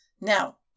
Now